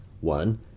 one